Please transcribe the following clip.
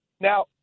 now